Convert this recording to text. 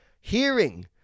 Hearing